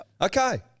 Okay